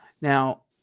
Now